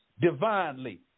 divinely